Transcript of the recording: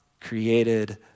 created